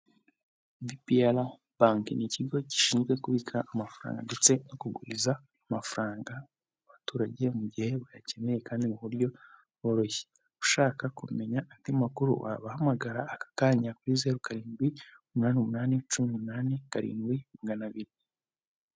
Bipiyara banke, ni ikigo gishinzwe kubika amafaranga, ndetse no kuriza amafaranga abaturage, mu gihe bayakeneye kandi buryo bworoshye, ushaka kumenya andi makuru, wabahamagara aka kanya, kuri zeru karindwi umunani umunani cumi n'umunani karindwi magana abiri.